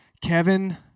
Kevin